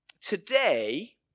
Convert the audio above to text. Today